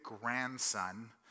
grandson